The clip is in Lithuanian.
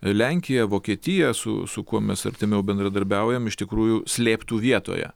lenkija vokietija su su kuo mes artimiau bendradarbiaujam iš tikrųjų slėptų vietoje